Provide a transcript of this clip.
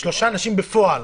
שלושה אנשים בפועל.